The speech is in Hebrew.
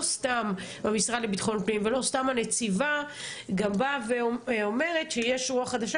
לא סתם המשרד לביטחון פנים ולא סתם הנציבה גם באה ואומרת שיש רוח חדשה,